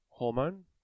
Hormone